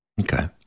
okay